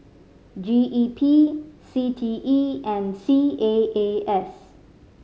G E P C T E and C A A S